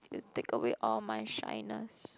you take away all my shyness